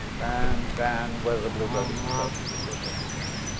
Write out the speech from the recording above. and than whether the bloomberg administration did this or did that.